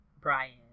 Brian